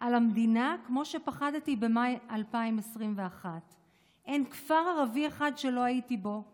על המדינה כמו שפחדתי במאי 2021. אין כפר ערבי אחד שלא הייתי בו לבד,